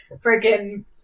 freaking